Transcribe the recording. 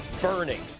burning